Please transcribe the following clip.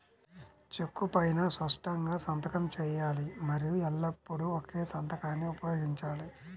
చెక్కు పైనా స్పష్టంగా సంతకం చేయాలి మరియు ఎల్లప్పుడూ ఒకే సంతకాన్ని ఉపయోగించాలి